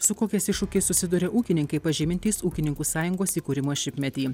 su kokiais iššūkiais susiduria ūkininkai pažymintys ūkininkų sąjungos įkūrimo šimtmetį